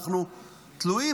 אנחנו תלויים,